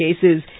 cases